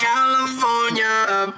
California